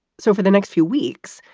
so for the next few weeks,